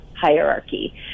hierarchy